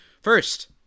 First